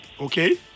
Okay